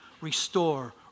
restore